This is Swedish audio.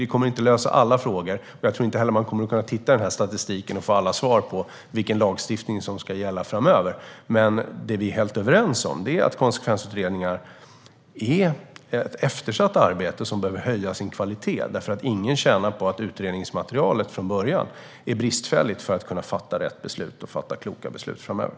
Det kommer inte att lösa alla frågor, och jag tror inte heller att man kommer att kunna titta i statistiken och få alla svar om vilken lagstiftning som ska gälla framöver. Men det vi är helt överens om är att konsekvensutredningar är ett eftersatt arbete vars kvalitet behöver höjas. Ingen tjänar på att utredningsmaterialet från början är för bristfälligt för att man ska kunna fatta riktiga och kloka beslut framöver.